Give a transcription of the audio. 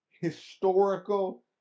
historical